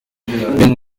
ben